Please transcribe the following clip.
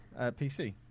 PC